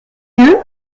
lieu